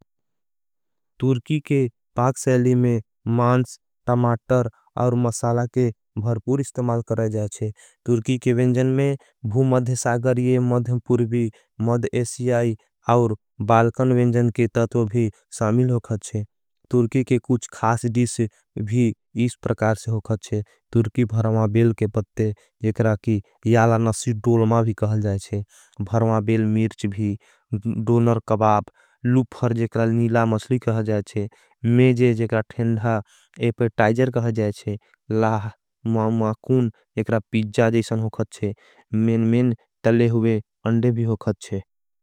तुर्की के पाक सेली में मांस टमाटर और मसाला के भरपूर। इस्तेमाल करे जाये जाये थे तुर्की के वेंजन में भुमध्यसागर ये। मध्यमपूर्वी मध्यसीयाई और बालकन वेंजन के तत्व भी सामिल। होगा थे तुर्की के कुछ खास डिस भी इस प्रकार से होगा थे। तुर्की भरमा बेल के पत्ते याला नस्य डोलमा भी कहल जाये थे। भरमा बेल मिर्च भी डोनर कबाप लूपफर जेकरा लिनीला। मशली कहल जाये थे मेजे जेकरा थेंड़ा एपेटाइजर कहल जाये थे।